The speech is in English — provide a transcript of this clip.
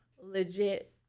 legit